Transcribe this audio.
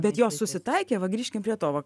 bet jos susitaikė va grįžkim prie to va